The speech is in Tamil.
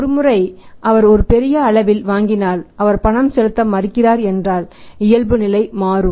ஒரு முறை அவர் ஒரு பெரிய அளவில் வாங்கினால் அவர் பணம் செலுத்த மறுக்கிறார் என்றால் இயல்புநிலை மாறும்